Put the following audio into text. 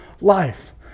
life